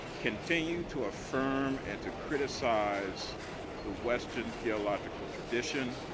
continue to affirm and to criticize the western theological tradition.